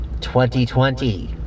2020